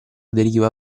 deriva